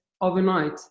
overnight